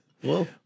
Whoa